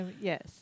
Yes